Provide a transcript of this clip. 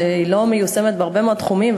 שלא מיושמת בהרבה מאוד תחומים,